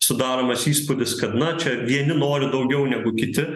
sudaromas įspūdis kad na čia vieni nori daugiau negu kiti